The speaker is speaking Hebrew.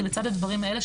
שלצד הדברים האלה,